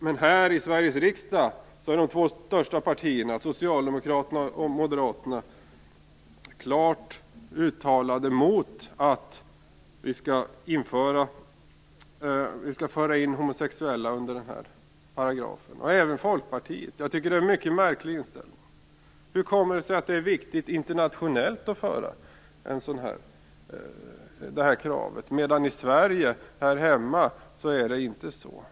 Men i Sveriges riksdag är de två största partierna, Socialdemokraterna och Moderaterna, klart emot att de homosexuella förs in under nämnda paragraf. Detta gäller även Folkpartiet. Jag tycker att det är en mycket märklig inställning. Hur kommer det sig att det internationellt är viktigt att driva det här kravet, medan det hemma i Sverige inte är så?